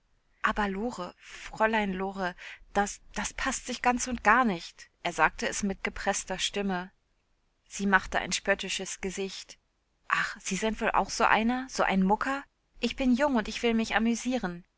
aber lore fräulein lore das das paßt sich ganz und gar nicht er sagte es mit gepreßter stimme sie machte ein spöttisches gesicht ach sie sind wohl auch so einer so ein mucker ich bin jung und ich will mich amüsieren